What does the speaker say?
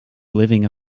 living